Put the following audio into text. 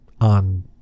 on